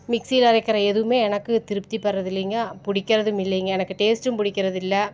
மிக்ஸியில் அரைக்கிற எதுவுமே எனக்கு திருப்திப்படுறது இல்லைங்க பிடிக்கறதும் இல்லைங்க எனக்கு டேஸ்ட்டும் பிடிக்கறது இல்லை